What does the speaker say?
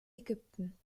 ägypten